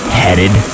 headed